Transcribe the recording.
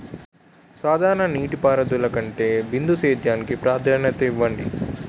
సాధారణ నీటిపారుదల కంటే బిందు సేద్యానికి ప్రాధాన్యత ఇవ్వండి